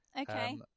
Okay